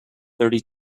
thirty